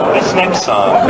next song.